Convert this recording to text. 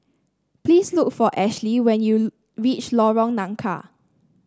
please look for Ashlie when you reach Lorong Nangka